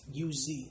UZ